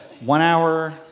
one-hour